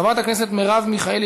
חברת הכנסת מרב מיכאלי